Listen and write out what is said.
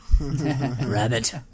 rabbit